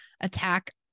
attack